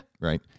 right